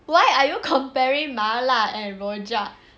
why are you comparing 麻辣 and rojak